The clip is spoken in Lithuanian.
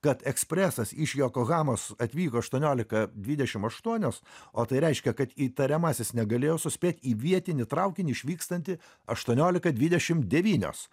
kad ekspresas iš jokohamos atvyko aštuoniolika dvidešimt aštuonios o tai reiškia kad įtariamasis negalėjo suspėt į vietinį traukinį išvykstantį aštuoniolika dvidešimt devynios